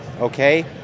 Okay